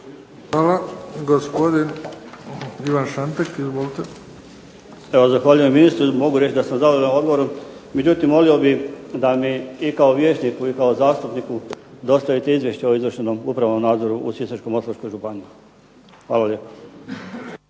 **Šantek, Ivan (HDZ)** Evo zahvaljujem ministru, mogu reći da sam zadovoljan odgovorom. Međutim, molio bih da mi i kao vijećniku i kao zastupniku dostavite Izvješće o izvršenom upravnom nadzoru u Sisačko-moslavačkoj županiji. Hvala lijepo.